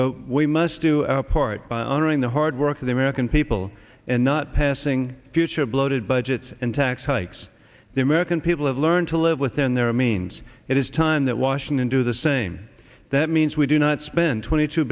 but we must do our part by honoring the hard work of the american people and not passing future bloated budgets and tax hikes the american people have learned to live within their means it is time that washington do the same that means we do not spend twenty two